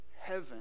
heaven